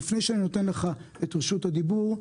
לפני שאני מעביר אליך את רשות הדיבור,